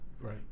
Right